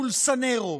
בולסונארו,